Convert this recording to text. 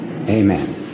Amen